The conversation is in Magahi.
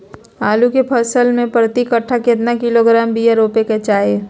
आलू के फसल में प्रति कट्ठा कितना किलोग्राम बिया रोपे के चाहि?